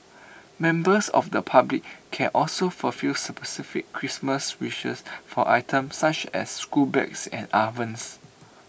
members of the public can also fulfil specific Christmas wishes for items such as school bags and ovens